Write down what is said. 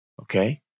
Okay